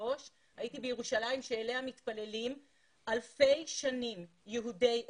הייתי בירושלים שאליה מתפללים אלפי שנים יהודי אתיופיה.